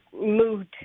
moved